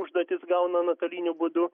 užduotis gauna nuotoliniu būdu